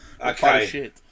Okay